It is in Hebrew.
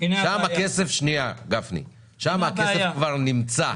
ושם הכסף כבר נמצא.